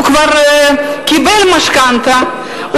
הוא כבר קיבל משכנתה,